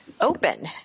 open